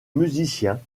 musicien